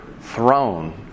throne